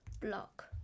block